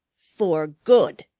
for good.